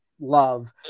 love